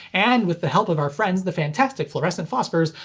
and with the help of our friends the fantastic fluorescent phosphors,